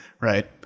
Right